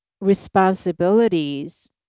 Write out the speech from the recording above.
responsibilities